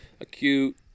acute